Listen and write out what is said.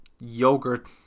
yogurt